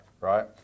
right